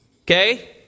okay